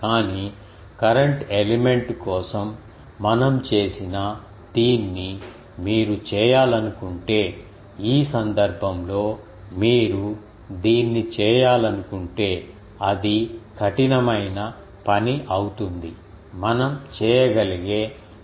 కానీ current element కోసం మనం చేసిన దీన్ని మీరు చేయాలనుకుంటే ఈ సందర్భంలో మీరు దీన్ని చేయాలనుకుంటే అది కఠినమైన పని అవుతుంది మనం చేయగలిగే కొన్ని ఇంటెగ్రల్ ఉంటాయి